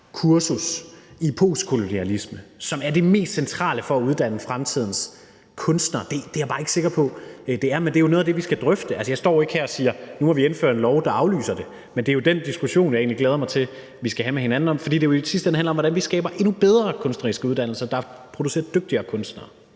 kursus i postkolonialisme, som er det mest centrale for at uddanne fremtidens kunstnere? Det er jeg bare ikke sikker på det er. Men det er jo noget af det, vi skal drøfte. Jeg står ikke her og siger, at nu må vi indføre en lov, der aflyser det. Men det er jo den diskussion, jeg egentlig glæder mig til vi skal have med hinanden, fordi det jo i sidste ende handler om, hvordan vi skaber endnu bedre kunstneriske uddannelser, der producerer dygtigere kunstnere.